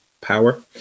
power